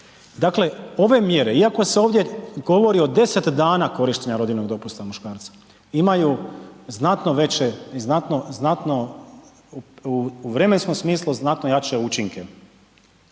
Dakle, ove mjere, iako se ovdje govori o deset dana korištenja rodiljnog dopusta muškarca, imaju znatno veće i znatno, znatno, u vremenskom smislu znatno jače učinke.